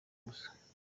gusa